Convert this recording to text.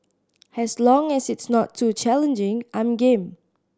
as long as it's not too challenging I'm game